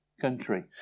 country